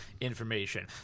information